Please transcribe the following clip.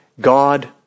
God